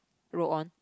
roll on